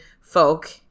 folk